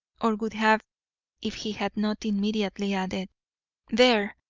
or would have if he had not immediately added there!